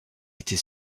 était